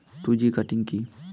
Two G cutting কি?